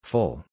Full